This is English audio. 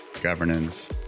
governance